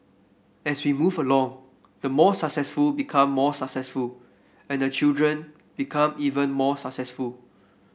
as we move along the more successful become even more successful and the children become even more successful